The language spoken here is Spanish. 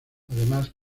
además